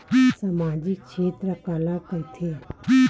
सामजिक क्षेत्र काला कइथे?